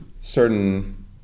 certain